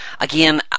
again